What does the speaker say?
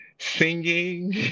Singing